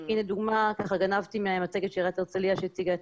הנה דוגמא מהמצגת של עיריית הרצליה שהציגה אתמול,